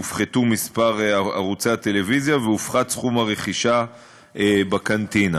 הופחת מספר ערוצי הטלוויזיה והופחת סכום הרכישה בקנטינה.